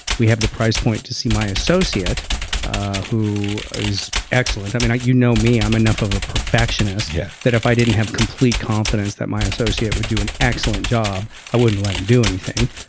we have the price point to see my associate who is excellent. i mean you know me, i'm enough of a perfectionist yeah that if i didn't have complete confidence that my associate would do an excellent job, i wouldn't let him do anything.